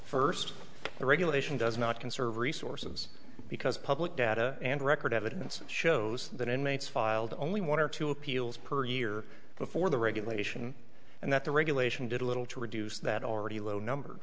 the regulation does not conserve resources because public data and record evidence shows that inmates filed only one or two appeals per year before the regulation and that the regulation did little to reduce that already low number